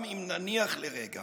גם אם נניח לרגע